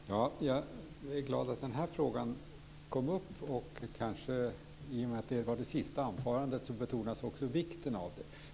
Herr talman! Jag är glad att den här frågan kom upp, och i och med att detta var det sista anförandet betonas också vikten av den.